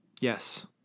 yes